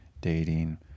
dating